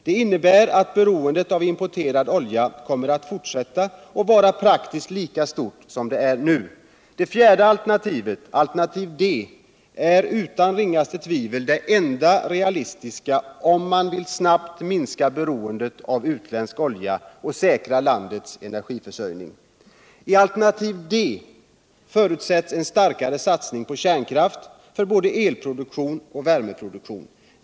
Det innebär att beroendet av importerad olja kommer att fortsätta att vara praktiskt taget lika stort som det är nu. Det fjärde alternativet. alternativ D, är utan ringaste tvivel det enda realistiska om man vill snabbt minska beroendet av utländsk olja och säkra landets energiförsörining. I alternativ D förutsätts en starkare satsning på kärnkraft för både elproduktion och värmeproduktion.